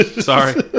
Sorry